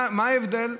מה ההבדל?